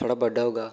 थोह्ड़ा बड्डा होगा